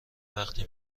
وقتی